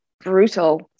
brutal